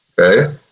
okay